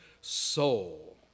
soul